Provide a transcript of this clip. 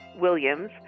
Williams